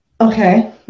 okay